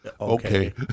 okay